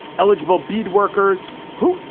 eligible beed workers who,